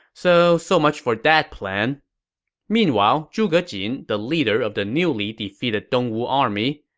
so, so much for that plan meanwhile, zhuge jin, the leader of the newly defeated dongwu army,